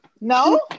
No